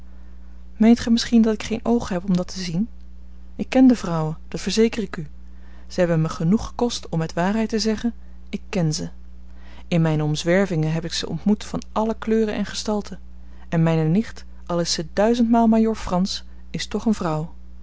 meent gij misschien dat ik geen oogen heb om dat te zien ik ken de vrouwen dat verzeker ik u ze hebben mij genoeg gekost om met waarheid te zeggen ik ken ze in mijne omzwervingen heb ik ze ontmoet van alle kleuren en gestalten en mijne nicht al is ze duizendmaal majoor frans is toch eene vrouw eene vrouw